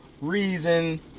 Reason